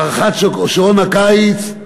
הארכת שעון קיץ,